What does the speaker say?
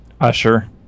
Usher